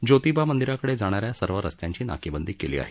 ज्योतिबा मंदिराकडे जाणाऱ्या सर्व रस्त्यांची नाकेबंदी केली आहे